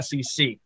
SEC